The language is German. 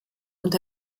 und